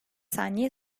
saniye